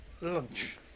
lunch